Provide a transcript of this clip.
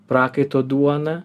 prakaito duoną